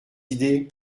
idées